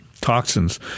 toxins